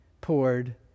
poured